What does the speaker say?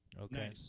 Okay